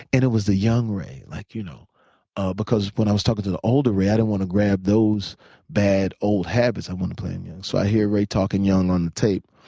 it it was the young ray. like you know ah because when i was talking to the older ray, i didn't want to grab those bad old habits. i wanted to play him young. so i hear ray talking young on the tape.